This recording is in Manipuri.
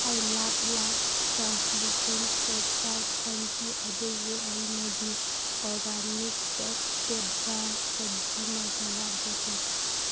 ꯑꯩ ꯂꯥꯞꯂꯥꯁ ꯇ꯭ꯔꯥꯟꯁꯂꯨꯁꯦꯟ ꯁꯣꯞ ꯀꯥꯁ ꯐꯪꯈꯤ ꯑꯗꯨꯕꯨ ꯑꯩꯅꯗꯤ ꯑꯣꯔꯒꯥꯅꯤꯛ ꯇꯦꯠꯕꯥꯁꯕꯖꯤ ꯃꯁꯥꯂꯥ ꯑꯣꯔꯗꯔ ꯇꯧꯈꯤ